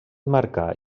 marcar